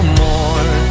more